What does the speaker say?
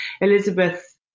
Elizabeth